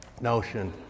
notion